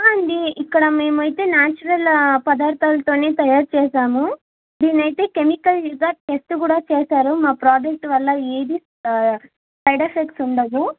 అండి ఇక్కడ మేమైతే న్యాచురల్ పదార్థాలతోనే తయారు చేసాము దీన్నైతే కెమికల్గా టెస్ట్ కూడా చేసారు మా ప్రోడక్ట్ వల్ల ఏదీ సైడ్ ఎఫెక్ట్స్ ఉండవు